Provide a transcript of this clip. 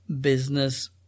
business